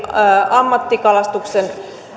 ammattikalastuksen